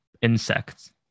insects